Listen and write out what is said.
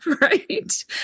right